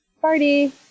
party